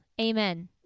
Amen